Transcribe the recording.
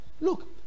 look